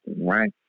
right